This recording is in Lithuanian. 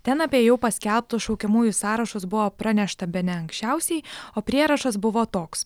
ten apie jau paskelbtus šaukiamųjų sąrašus buvo pranešta bene anksčiausiai o prierašas buvo toks